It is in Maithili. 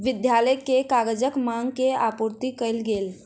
विद्यालय के कागजक मांग के आपूर्ति कयल गेल